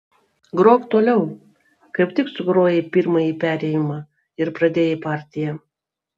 grok toliau kaip tik sugrojai pirmąjį perėjimą ir pradėjai partiją